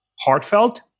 heartfelt